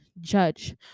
judge